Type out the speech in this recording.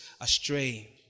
astray